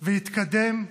והתקדם,